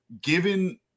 given